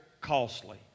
costly